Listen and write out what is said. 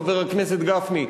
חבר הכנסת גפני,